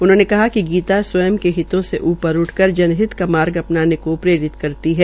उन्होंने कहा कि गीता स्वयं के हितों से ऊपर उठकर जनहित का मार्ग अपनाने को प्रेरित करती है